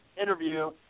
interview